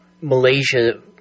Malaysia